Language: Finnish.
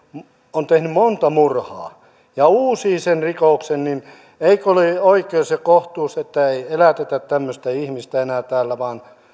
on tehnyt monta murhaa ja uusii sen rikoksen niin eikö ole oikeus ja kohtuus että ei elätetä tämmöistä ihmistä enää täällä vaan